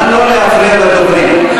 נא לא להפריע לדוברים.